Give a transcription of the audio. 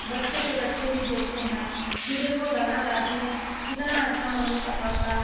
बच्चे के बच्चे भी देखते हैं कि देखो दादा दादी ने कितना अच्छा मम्मी पापा का